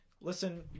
listen